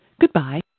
Goodbye